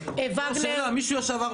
בעבירות